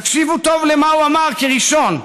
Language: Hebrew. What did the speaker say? תקשיבו טוב למה הוא אמר כראשון.